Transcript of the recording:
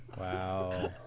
Wow